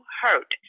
hurt